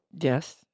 Yes